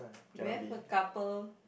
we have a couple